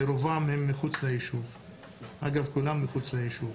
אגב, כולם מחוץ ליישוב.